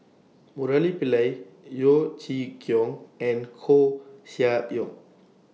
Murali Pillai Yeo Chee Kiong and Koeh Sia Yong